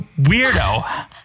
weirdo